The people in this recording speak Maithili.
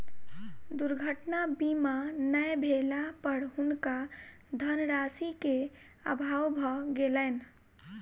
दुर्घटना बीमा नै भेला पर हुनका धनराशि के अभाव भ गेलैन